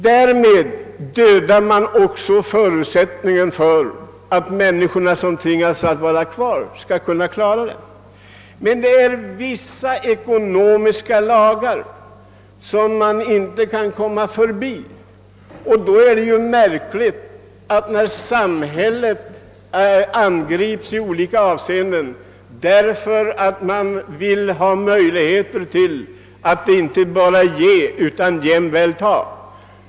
Därmed dödar man förutsättningarna för att de människor som tvingas att vara kvar skall kunna klara det. Men det är vissa ekonomiska lagar som man inte kan komma förbi. Det är därför märkligt att samhället angrips därför att det inte bara vill ge utan även ta.